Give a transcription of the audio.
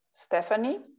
Stephanie